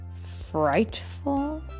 frightful